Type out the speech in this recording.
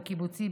בקיבוצי,